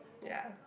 ya